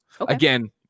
Again